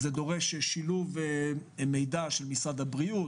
זה דורש שילוב מידע של משרד הבריאות,